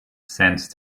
sense